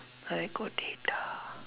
I got data